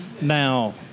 Now